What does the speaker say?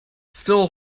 still